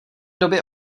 doby